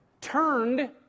turned